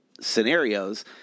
scenarios